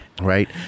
Right